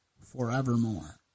forevermore